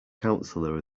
counselor